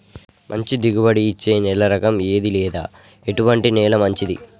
మంచి దిగుబడి ఇచ్చే నేల రకం ఏది లేదా ఎటువంటి నేల మంచిది?